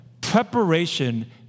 preparation